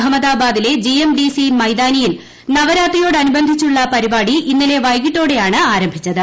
അഹമ്മദാബാദിലെ G M D C മൈതാനിയിൽ നവരാത്രിയോടനുബന്ധിച്ചുള്ള പരിപാടി ഇന്നലെ വൈകിട്ടോടെയാണ് ആരംഭിച്ചത്